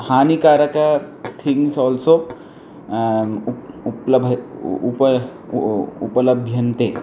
हानिकारकाणि things also उप उप्लभ्यते उप उप उ उ उपलभ्यन्ते